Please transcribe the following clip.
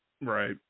Right